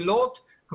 אילות,